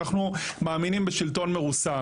אנחנו מאמינים בשלטון מרוסן,